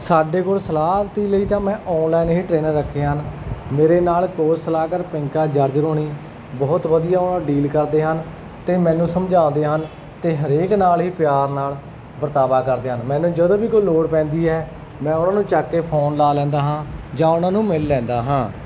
ਸਾਡੇ ਕੋਲ ਸਲਾਹਤੀ ਲਈ ਤਾਂ ਮੈਂ ਆਨਲਾਈਨ ਹੀ ਟਰੇਨ ਰੱਖੇ ਹਨ ਮੇਰੇ ਨਾਲ ਇੱਕ ਸਲਾਹਕਾਰ ਪਿੰਕਾ ਜਰਜਰ ਹੋਣੀ ਬਹੁਤ ਵਧੀਆ ਉਹਨਾਂ ਡੀਲ ਕਰਦੇ ਹਨ ਤੇ ਮੈਨੂੰ ਸਮਝਾਉਂਦੇ ਹਨ ਤੇ ਹਰੇਕ ਨਾਲ ਹੀ ਪਿਆਰ ਨਾਲ ਵਰਤਾਵਾ ਕਰਦੇ ਹਨ ਮੈਨੂੰ ਜਦੋਂ ਵੀ ਕੋਈ ਲੋੜ ਪੈਂਦੀ ਹੈ ਮੈਂ ਉਹਨਾਂ ਨੂੰ ਚੱਕ ਕੇ ਫੋਨ ਲਾ ਲੈਂਦਾ ਹਾਂ ਜਾਂ ਉਹਨਾਂ ਨੂੰ ਮਿਲ ਲੈਂਦਾ ਹਾਂ